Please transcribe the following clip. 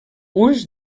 ulls